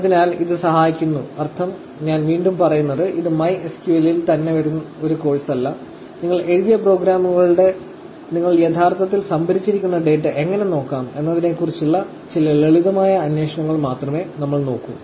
അതിനാൽ ഇത് സഹായിക്കുന്നു അർത്ഥം ഞാൻ വീണ്ടും പറയുന്നു ഇത് MySQL ൽ തന്നെ ഒരു കോഴ്സല്ല നിങ്ങൾ എഴുതിയ പ്രോഗ്രാമുകളിലൂടെ നിങ്ങൾ യഥാർത്ഥത്തിൽ സംഭരിച്ചിരിക്കുന്ന ഡാറ്റ എങ്ങനെ നോക്കാം എന്നതിനെക്കുറിച്ചുള്ള ചില ലളിതമായ അന്വേഷണങ്ങൾ മാത്രമേ നമ്മൾ നോക്കൂ